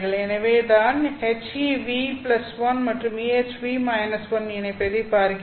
எனவே நான் HEν 1 மற்றும் EHν 1 ஐ இணைப்பதைப் பார்க்கிறேன்